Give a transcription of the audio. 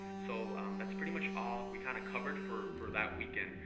so that's pretty much all we kind of covered for for that weekend.